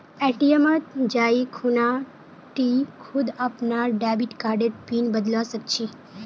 ATM मत जाइ खूना टी खुद अपनार डेबिट कार्डर पिन बदलवा सख छि